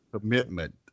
commitment